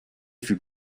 fut